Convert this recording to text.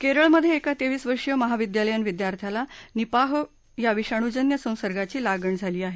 केरळमघे एका तेवीस वर्षीय महाविद्यालयीन विद्यार्थ्याला निपाह या विषाणूजन्य संसर्गाची लागण झाली आहे